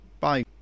Bye